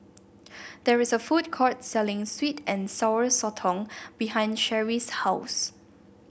there is a food court selling sweet and Sour Sotong behind Sherry's house